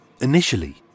Initially